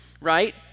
right